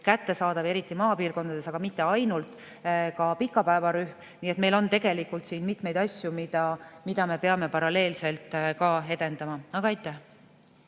kättesaadavust eriti maapiirkondades, aga mitte ainult, ka pikapäevarühmi. Nii et meil on siin mitmeid asju, mida me peame paralleelselt edendama. Aga aitäh!